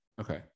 Okay